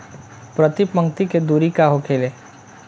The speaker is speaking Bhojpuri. प्रति पंक्ति के दूरी का होखे?